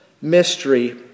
mystery